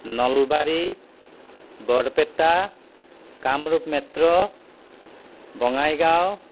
Nalbari Barpeta Kamrup metro Bongaigaon